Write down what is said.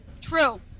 True